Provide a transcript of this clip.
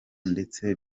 ndetse